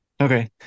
Okay